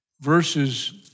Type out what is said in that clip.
verses